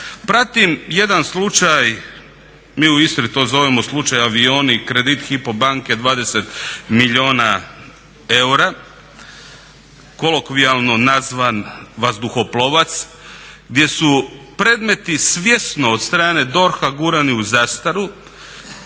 Pratim jedan slučaj, mi u Istri to zovemo slučaj avioni kredit Hypo banke 20 milijuna eura kolokvijalno nazvan vazduhoplovac gdje su predmeti svjesno od strane DORH-a gurani u zastaru